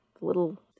little